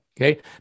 Okay